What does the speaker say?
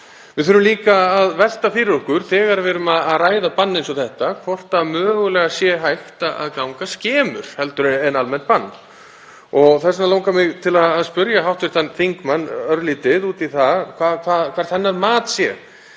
Við þurfum líka að velta fyrir okkur þegar við erum að ræða bann eins og þetta hvort mögulega sé hægt að ganga skemur heldur en að setja almennt bann. Þess vegna langar mig til að spyrja hv. þingmann örlítið út í það hvert hennar mat sé